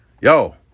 Yo